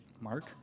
Mark